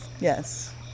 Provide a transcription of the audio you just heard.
yes